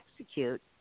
execute